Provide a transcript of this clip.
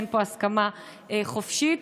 אין פה הסכמה חופשית,